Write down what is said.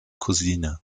cousine